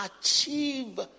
achieve